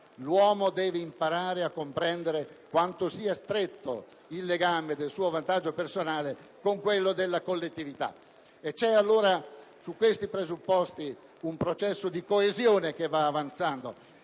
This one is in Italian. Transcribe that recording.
«L'uomo deve imparare a comprendere quanto sia stretto il legame del suo vantaggio personale con quello della collettività». Su questi presupposti, c'è un processo di coesione che sta avanzando